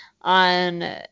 on